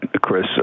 Chris